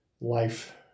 life